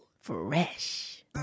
Fresh